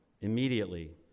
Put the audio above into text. Immediately